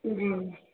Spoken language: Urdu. جی